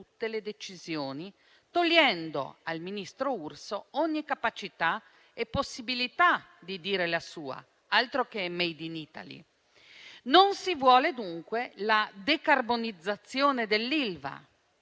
Non si vuole dunque la decarbonizzazione dell'Ilva